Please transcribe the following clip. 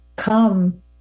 come